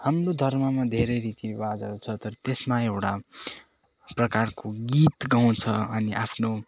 हाम्रो धर्ममा धेरै रीतिरिवाजहरू छ तर त्यसमा एउटा प्रकारको गीत गाउँछ अनि आफ्नो